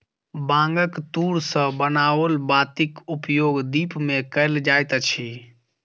बांगक तूर सॅ बनाओल बातीक उपयोग दीप मे कयल जाइत अछि